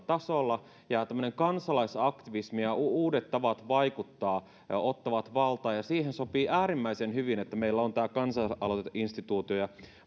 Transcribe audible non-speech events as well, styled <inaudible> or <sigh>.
<unintelligible> tasolla ja tämmöinen kansalaisaktivismi ja uudet tavat vaikuttaa ottavat valtaa ja siihen sopii äärimmäisen hyvin että meillä on tämä kansalaisaloiteinstituutio